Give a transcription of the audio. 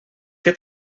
què